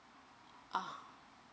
ah